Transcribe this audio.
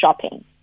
shopping